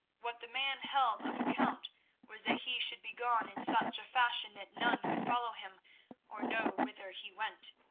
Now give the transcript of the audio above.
what the man held of account was that he should be gone in such a fashion that none could follow him or know whither he went.